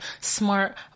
smart